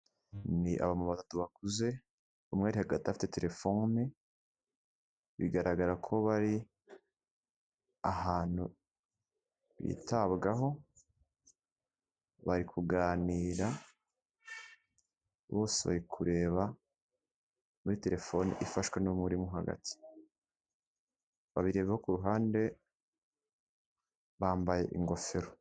Ni aba mama batatu bakuze, umwe ari hagati afite telefoni bigaragara ko bari ahantu bitabwaho, bari kuganira bose bari kureba muri telefoni ifashwe n'umwe urimo hagati babiri bo ku ruhande bambaye ingofero.